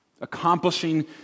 accomplishing